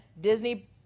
Disney